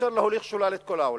אי-אפשר להוליך שולל את כל העולם.